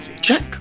check